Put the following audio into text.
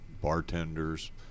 bartenders